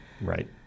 right